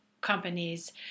companies